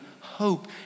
hope